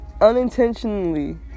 unintentionally